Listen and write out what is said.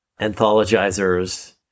anthologizers